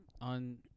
on